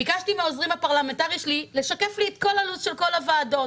ביקשתי מהעוזרים הפרלמנטריים שלי לשקף את כל הלו"ז של כל הוועדות,